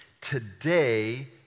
today